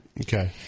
Okay